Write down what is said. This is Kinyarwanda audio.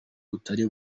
butari